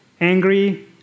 Angry